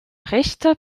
rechter